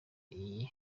iyi